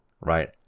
right